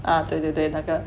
啊对对对那个